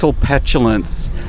Petulance